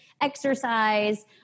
exercise